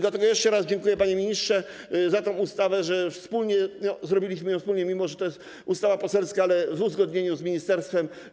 Dlatego jeszcze raz dziękuję, panie ministrze, za tę ustawę, że przygotowaliśmy ją wspólnie, mimo że to jest ustawa poselska, ale w uzgodnieniu z ministerstwem.